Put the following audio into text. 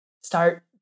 start